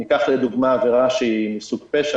ניקח לדוגמה עבירה שהיא מסוג פשע,